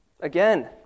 Again